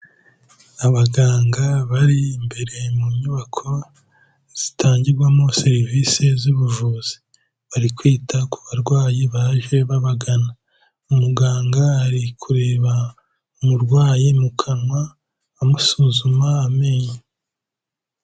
Abaganga bari imbere mu nyubako zitangirwamo serivise z'ubuvuzi, bari kwita ku barwayi baje babagana, umuganga ari kureba umurwayi mu kanwa, amusuzuma amenyo.